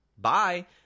bye